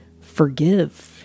forgive